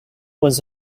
was